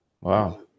Wow